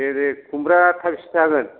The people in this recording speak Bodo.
दे दे खुम्ब्रा थाइबेसे जागोन